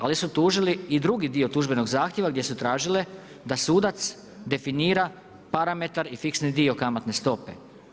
Ali su tužili i drugi dio tužbenog zahtjeva, gdje su tražile da sudac definira parametar i fiksni dio kamatne stope.